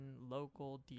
local